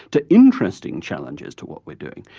to interesting challenges to what we're doing.